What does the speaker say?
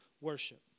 worship